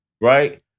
right